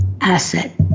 asset